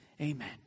Amen